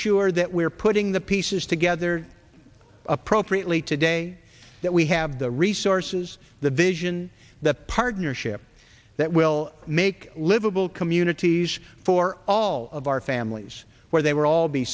sure that we're putting the pieces together appropriately today that we have the resources the vision the partnership that will make livable communities for all of our families where they were all be